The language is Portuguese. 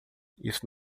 isso